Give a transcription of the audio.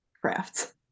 crafts